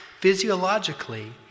physiologically